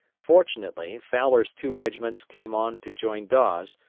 fortunately, fowler's two regiments came on to join dawes,